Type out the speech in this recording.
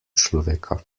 človeka